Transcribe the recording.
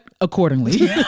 Accordingly